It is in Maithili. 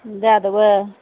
दए देबै